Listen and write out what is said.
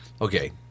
Okay